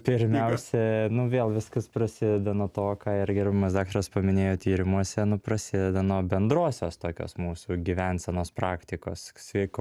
pirmiausia nu vėl viskas prasideda nuo to ką ir gerbiamas daktaras paminėjo tyrimuose nu prasideda nuo bendrosios tokios mūsų gyvensenos praktikos sveiko